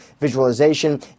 visualization